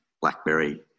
BlackBerry